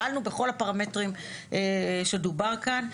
פעלנו בכל הפרמטרים שדובר כאן.